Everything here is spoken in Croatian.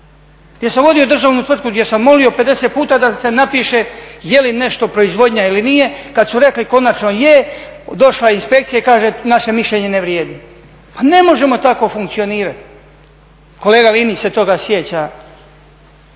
gdje sam vodio državnu tvrtku, gdje sam molio 50 puta da se napiše je li nešto proizvodnja ili nije. Kad su rekli konačno je došla je inspekcija i kaže naše mišljenje ne vrijedi. Pa ne možemo tako funkcionirati! Kolega Linić se toga sjeća